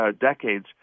decades